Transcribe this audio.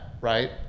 right